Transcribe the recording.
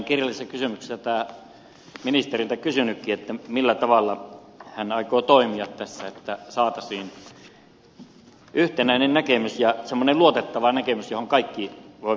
olen kirjallisessa kysymyksessä ministeriltä kysynytkin millä tavalla hän aikoo toimia tässä että saataisiin yhtenäinen näkemys ja semmoinen luotettava näkemys johon kaikki voivat yhtyä